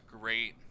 great